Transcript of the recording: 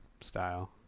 style